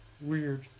weird